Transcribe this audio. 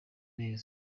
neza